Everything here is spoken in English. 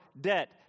debt